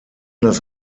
das